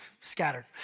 scattered